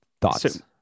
Thoughts